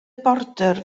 border